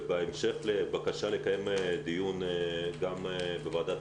ובהמשך לבקשה לקיים דיון גם בוועדת